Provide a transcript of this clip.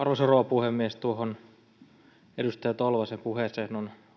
puhemies tuohon edustaja tolvasen puheeseen on helppo yhtyä